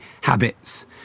habits